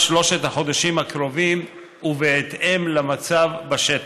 שלושת החודשים הקרובים ובהתאם למצב בשטח.